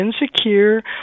insecure